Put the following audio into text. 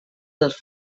dels